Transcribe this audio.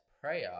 prayer